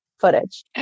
footage